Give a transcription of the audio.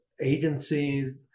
agencies